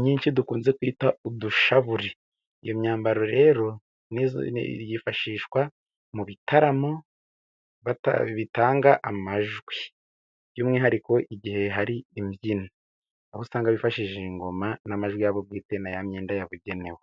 myinshi dukunze kwita udushaburi, iyo myambaro rero yifashishwa mu bitaramo bitanga amajwi, by'umwihariko igihe hari imbyino aho usanga bifashishije ingoma n'amajwi yabo bwite, na ya myenda yabugenewe.